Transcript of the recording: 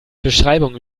beschreibungen